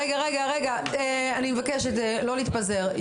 רגע, רגע, רגע, אני מבקשת, לא להתפזר.